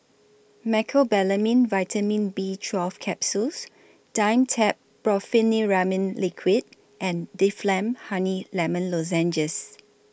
Mecobalamin Vitamin B twelve Capsules Dimetapp Brompheniramine Liquid and Difflam Honey Lemon Lozenges